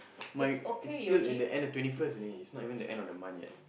my it's still in the end at the twenty first is not even the end of the month yet